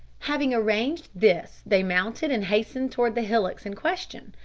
having arranged this they mounted and hastened towards the hillocks in question,